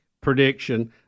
prediction